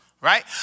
Right